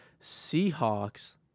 Seahawks